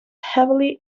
heavily